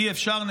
אי-אפשר.